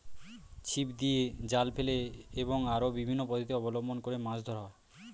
ছিপ দিয়ে, জাল ফেলে এবং আরো বিভিন্ন পদ্ধতি অবলম্বন করে মাছ ধরা হয়